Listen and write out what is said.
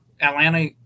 Atlanta